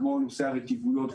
כמו נושא הרטיבות,